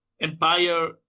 Empire